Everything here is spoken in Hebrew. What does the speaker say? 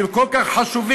שהם כל כך חשובים,